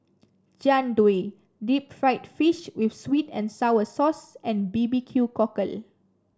Jian Dui Deep Fried Fish with sweet and sour sauce and B B Q Cockle